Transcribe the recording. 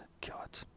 god